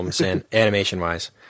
animation-wise